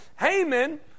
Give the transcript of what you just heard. Haman